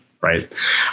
Right